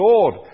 Lord